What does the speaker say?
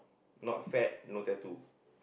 not fat no tattoo